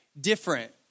different